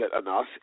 enough